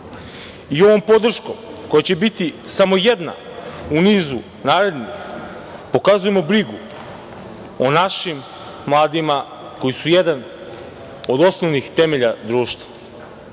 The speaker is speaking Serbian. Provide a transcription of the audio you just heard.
mlade. Ovom podrškom koja će biti samo jedna u nizu narednih pokazujemo brigu o našim mladima koji su jedan od osnovnih temelja društva.